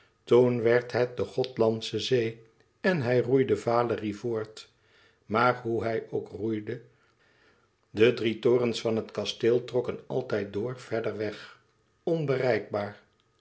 toen werd het de gothlandsche zee en hij roeide valérie voort maar hoe hij ook roeide de drie torens van het kasteel trokken altijd door verder weg onbereikbaar